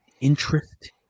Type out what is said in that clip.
interest